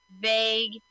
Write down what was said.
Vague